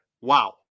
Wow